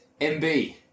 MB